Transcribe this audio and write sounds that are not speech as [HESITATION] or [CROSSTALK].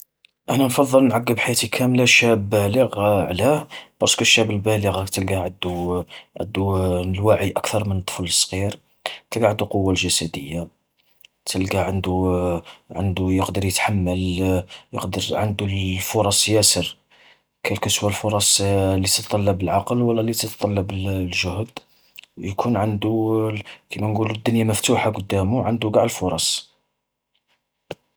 انا نفضل نعقب حياتي كاملة شاب بالغ، [HESITATION] علاه؟ بارسكو الشاب البالغ راك تلقى عدو [HESITATION] عدو الوعي أكثر من الطفل الصغير، تلقا عدو قوة جسدية، تلقا عدو [HESITATION] عندو يقدر يتحمل [HESITATION] يقدر عندو الفرص ياسر، كيلكو سوا فرص [HESITATION] اللي تطلب العقل ولا اللي تطلب الجهد. و يكون عندو [HESITATION] كيما نقولو، الدنيا مفتوحة قدامو عندو قاع الفرص.